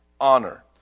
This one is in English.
Honor